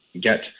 get